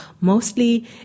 mostly